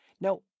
Now